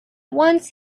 once